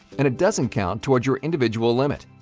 and it doesn't count toward your individual limit.